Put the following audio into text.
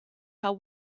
how